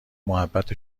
محبت